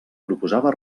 proposava